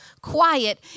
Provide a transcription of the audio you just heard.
quiet